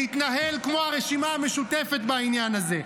להתנהל כמו הרשימה המשותפת בעניין הזה.